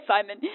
Simon